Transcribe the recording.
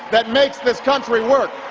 that makes this country work.